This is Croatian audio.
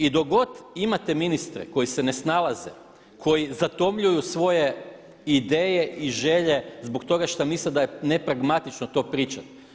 I dok god imate ministre koji se ne snalaze, koji zatomljuju svoje ideje i želje zbog toga što misle da je nepragmatično to pričati.